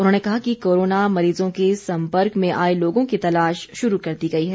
उन्होंने कहा कि कोरोना मरीजों के सम्पर्क में आए लोगों की तलाश शुरू कर दी गई है